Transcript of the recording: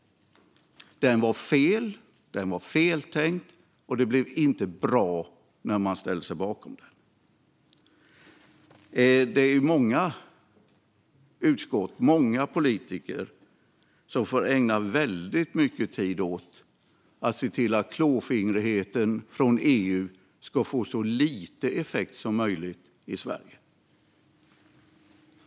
Den var fel, den var feltänkt och det blev inte bra när man ställde sig bakom den. Det är många utskott och många politiker som får ägna väldigt mycket tid åt att se till att klåfingrigheten från EU ska få så lite effekt som möjligt i Sverige.